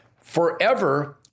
forever